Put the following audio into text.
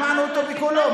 שמענו אותו בקולו.